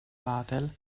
vatel